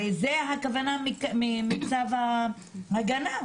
הרי זאת הכוונה בצו ההגנה,